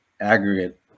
aggregate